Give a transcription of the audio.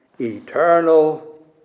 eternal